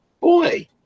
boy